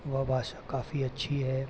वह भाषा काफ़ी अच्छी है